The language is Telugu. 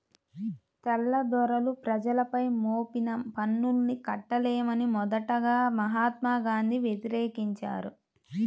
తెల్లదొరలు ప్రజలపై మోపిన పన్నుల్ని కట్టలేమని మొదటగా మహాత్మా గాంధీ వ్యతిరేకించారు